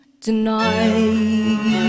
tonight